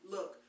Look